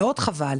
מאוד חבל,